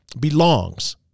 belongs